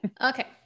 Okay